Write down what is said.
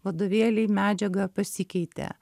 vadovėliai medžiaga pasikeitė